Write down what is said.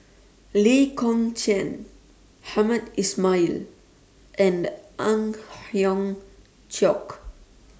Lee Kong Chian Hamed Ismail and Ang Hiong Chiok